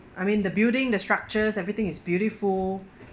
I mean the building the structures everything is beautiful